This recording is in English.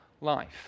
life